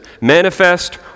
Manifest